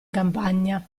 campagna